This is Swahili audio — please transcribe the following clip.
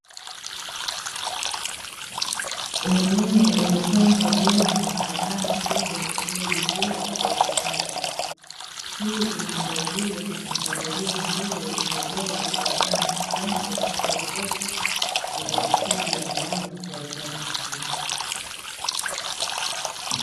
Mimea imepangwa vyema katika banda kubwa lililojengewa kwa ustadi, hii inaangazia mpangilio mzuri na ubora wa banda jambo linaloongeza uzalishaji wa mimea kwa ufanisi.